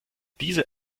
diese